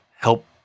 help